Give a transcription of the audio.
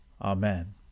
Amen